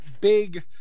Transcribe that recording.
big